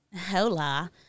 Hola